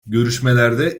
görüşmelerde